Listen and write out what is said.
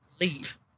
Leave